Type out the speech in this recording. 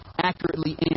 accurately